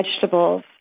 vegetables